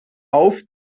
auf